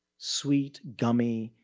sweet, gummy,